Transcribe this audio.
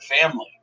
family